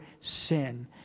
sin